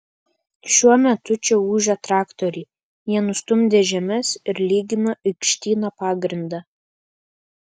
šiuo metu čia ūžia traktoriai jie nustumdė žemes ir lygina aikštyno pagrindą